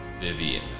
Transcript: Vivian